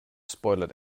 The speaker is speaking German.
spoilert